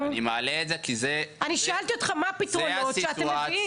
אני שאלתי אותך, מה הפתרונות שאתם מביאים.